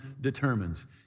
determines